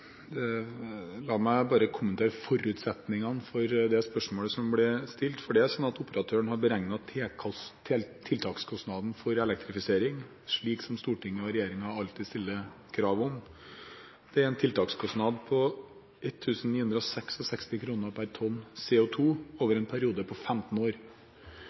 La meg bare kommentere forutsetningene for spørsmålet som ble stilt. Det er sånn at operatøren har beregnet tiltakskostnaden for elektrifisering, slik som Stortinget og regjeringen alltid stiller krav om. Det er en tiltakskostnad på 1 966 kr per tonn CO2over en periode på 15 år.